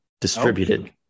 distributed